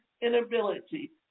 inability